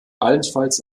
allenfalls